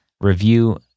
review